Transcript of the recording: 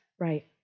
Right